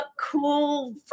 cool